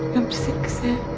i'm sick sam,